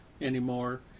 anymore